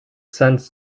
sense